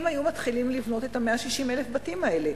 אם היו מתחילים לבנות את 160,000 הבתים האלה.